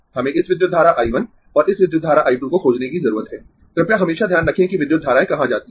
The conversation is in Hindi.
हमें इस विद्युत धारा I 1 और इस विद्युत धारा I 2 को खोजने की जरूरत है कृपया हमेशा ध्यान रखें कि विद्युत धाराएँ कहाँ जाती है